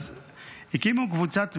אז הקימו קבוצת תמיכה,